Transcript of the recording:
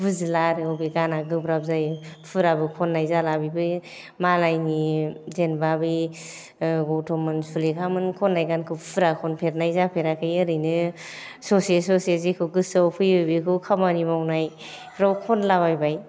बुजिला आरो बबे गाना गोब्राब जायो फुराबो खननाय जाला बेबो मालायनि जेनेबा बे गौतममोन सुलेखामोन खननाय गानखौ फुरा खनफेरनाय जाफेराखै ओरैनो ससे ससे जेखौ गोसोआव फैयो बेखौ खामानि मावनायफोराव खनलाबायबाय